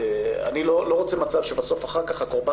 אני לא רוצה שייווצר מצב שבסוף אחר כך הקורבן